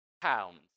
pounds